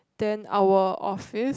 then our office